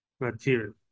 material